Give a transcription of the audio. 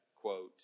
quote